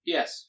Yes